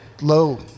low